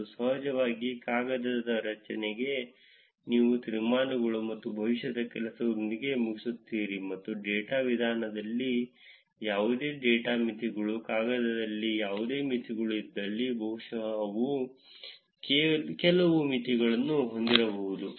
ಮತ್ತು ಸಹಜವಾಗಿ ಕಾಗದದ ರಚನೆಯಲ್ಲಿ ನೀವು ತೀರ್ಮಾನಗಳು ಮತ್ತು ಭವಿಷ್ಯದ ಕೆಲಸಗಳೊಂದಿಗೆ ಮುಗಿಸುತ್ತೀರಿ ಮತ್ತು ಡೇಟಾ ವಿಧಾನದಲ್ಲಿ ಯಾವುದೇ ಡೇಟಾ ಮಿತಿಗಳು ಕಾಗದದಲ್ಲಿ ಯಾವುದೇ ಮಿತಿಗಳು ಇದ್ದಲ್ಲಿ ಬಹುಶಃ ಕೆಲವು ಮಿತಿಗಳನ್ನು ಹೊಂದಿರಬಹುದು